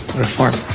reform.